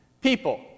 people